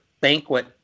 banquet